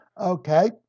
Okay